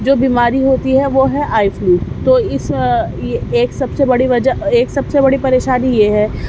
جو بیماری ہوتی ہے وہ ہے آئی فلو تو اس یہ ایک سب سے بڑی وجہ ایک سب بڑی پریشانی یہ ہے